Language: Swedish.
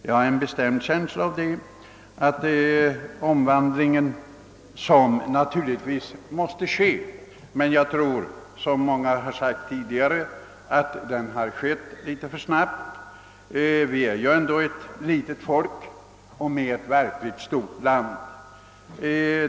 Den omstruktureringen måste naturligtvis ske, men den har nog gått litet för snabbt. Vi är ändå ett litet folk i ett till ytan stort land.